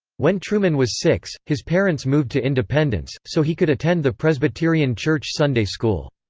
when truman was six, his parents moved to independence, so he could attend the presbyterian church sunday school.